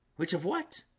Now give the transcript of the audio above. which of what